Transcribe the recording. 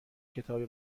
کتابی